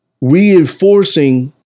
reinforcing